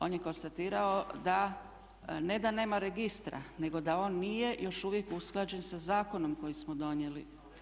On je konstatirao da ne da nema registra, nego da on nije još uvijek usklađen sa zakonom koji smo donijeli.